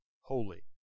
holy